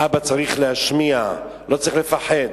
האבא צריך להשמיע, לא צריך לפחד.